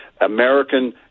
American